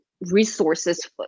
resources